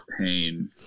pain